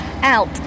out